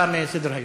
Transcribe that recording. מסדר-היום.